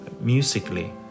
musically